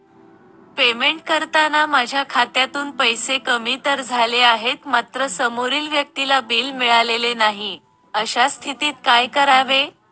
Payment करताना माझ्या खात्यातून पैसे कमी तर झाले आहेत मात्र समोरील व्यक्तीला बिल मिळालेले नाही, अशा स्थितीत काय करावे?